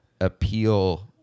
appeal